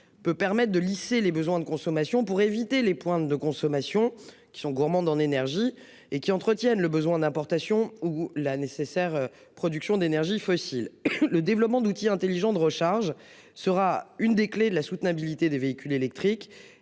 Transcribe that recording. peut permettent de lisser les besoins de consommation pour éviter les pointes de consommation qui sont gourmandes en énergie et qui entretiennent le besoin d'importation ou la nécessaire production d'énergies fossiles. Le développement d'outils intelligents de recharge sera une des clés de la soutenabilité des véhicules électriques